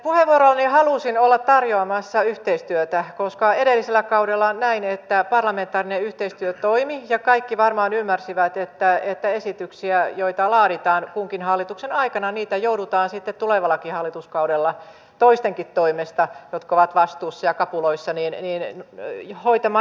puheenvuorollani halusin olla tarjoamassa yhteistyötä koska edellisellä kaudella näin että parlamentaarinen yhteistyö toimi ja kaikki varmaan ymmärsivät että esityksiä joita laaditaan kunkin hallituksen aikana joudutaan sitten tulevallakin hallituskaudella toistenkin toimesta jotka ovat vastuussa ja kapuloissa hoitamaan eteenpäin